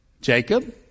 Jacob